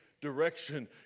direction